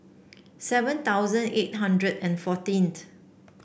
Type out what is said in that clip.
seven thousand eight hundred and fourteenth